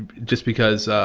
and just because,